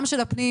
גם של הפנים,